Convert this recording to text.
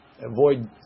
Avoid